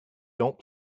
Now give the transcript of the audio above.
don’t